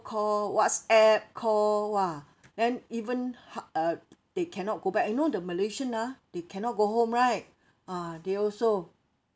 call WhatsApp call !wah! then even h~ uh they cannot go back you know the malaysian lah they cannot go home right ah they also